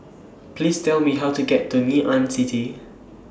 Please Tell Me How to get to Ngee Ann City